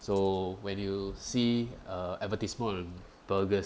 so when you see uh advertisement burgers